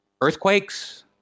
earthquakes